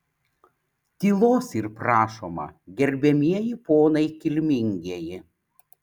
tylos yr prašoma gerbiamieji ponai kilmingieji